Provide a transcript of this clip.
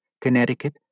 Connecticut